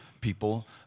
people